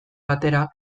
batera